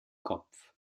kopf